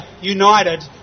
united